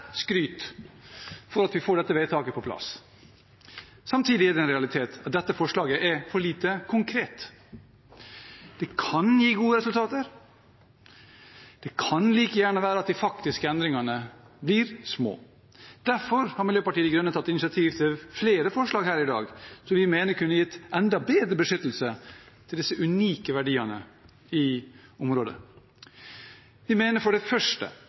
skryt for at vi får dette vedtaket på plass. Samtidig er det en realitet at dette forslaget er for lite konkret. Det kan gi gode resultater – det kan like gjerne være at de faktiske endringene blir små. Derfor har Miljøpartiet De Grønne tatt initiativ til flere forslag her i dag som vi mener kunne gitt enda bedre beskyttelse av de unike verdiene i området. Vi mener for det første